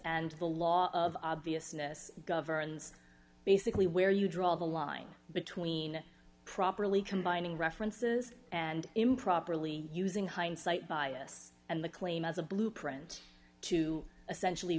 and the law of obviousness governs basically where you draw the line between properly combining references and improperly using hindsight bias and the claim as a blueprint to essentially